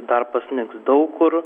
dar pasnigs daug kur